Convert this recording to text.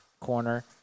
Corner